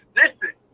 listen